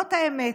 זאת האמת,